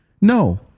no